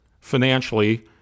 financially